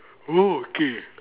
okay